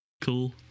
Cool